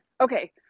Okay